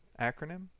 Acronym